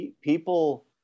People